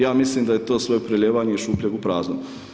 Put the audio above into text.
Ja mislim da je to sve prelijevanje iz šupljeg u prazno.